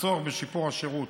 והצורך בשיפור השירות